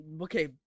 okay